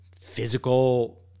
physical